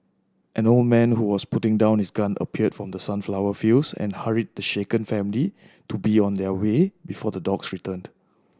an old man who was putting down his gun appeared from the sunflower fields and hurried the shaken family to be on their way before the dogs returned